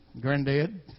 granddad